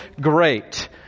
great